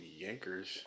yankers